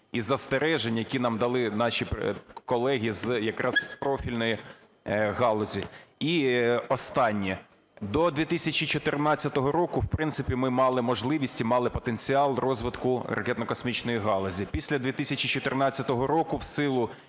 і застережень, які нам дали наші колеги якраз з профільної галузі. І останнє. До 2014 року, в принципі, ми мали можливість і мали потенціал розвитку ракетно-космічної галузі. Після 2014 року в силу